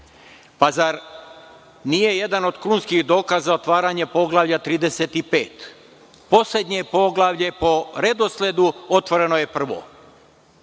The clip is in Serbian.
Pa, zar nije jedan od krunskih dokaza otvaranje Poglavlja 35? Poslednje poglavlje po redosledu otvoreno je prvo.